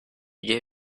gave